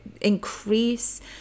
increase